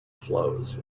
flows